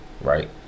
right